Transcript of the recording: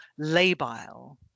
labile